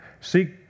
seek